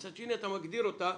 מצד שני אתה מגדיר אותה